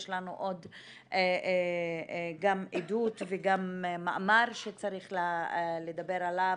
יש לנו עוד גם עדות וגם מאמר שצריך לדבר עליו